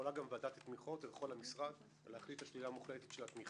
יכולה גם ועדת התמיכות או יכול המשרד להחליט על שלילה מוחלטת של התמיכה.